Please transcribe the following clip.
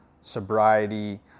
sobriety